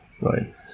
right